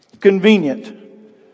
Convenient